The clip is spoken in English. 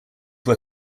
were